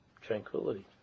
tranquility